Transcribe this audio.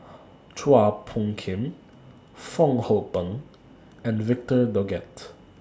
Chua Phung Kim Fong Hoe Beng and Victor Doggett